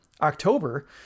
october